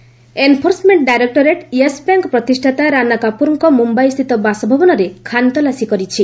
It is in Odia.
Yes Bank ED Enforcement Directorate Yes Bank ପ୍ରତିଷ୍ଠାତା ରାନା କାପୁର୍ଙ୍କ ମୁମ୍ୟାଇସ୍ଥିତ ବାସଭବନରେ ଖାନତଲାସୀ କରିଛି